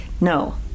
No